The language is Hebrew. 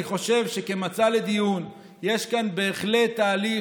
אני חושב שכמצע לדיון יש כאן בהחלט תהליך,